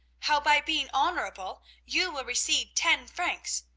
how by being honorable you will receive ten francs,